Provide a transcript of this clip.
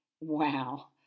wow